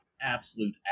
absolute